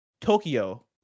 Tokyo